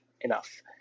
enough